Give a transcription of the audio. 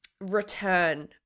return